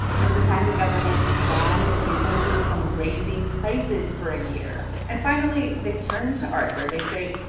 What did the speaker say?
there was a time the government banned businesses from raising prices for a year and finally, they turned to arthur. they say,